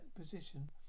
position